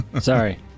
Sorry